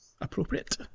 appropriate